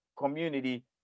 Community